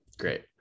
great